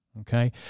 Okay